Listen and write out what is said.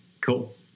Cool